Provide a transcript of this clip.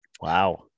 wow